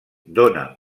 dóna